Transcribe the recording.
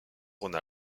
rhône